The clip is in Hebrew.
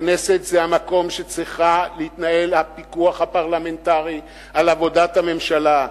הכנסת זה המקום שצריך להתנהל בו הפיקוח הפרלמנטרי על עבודת הממשלה,